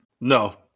No